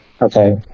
Okay